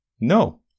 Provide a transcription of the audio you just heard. No